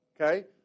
Okay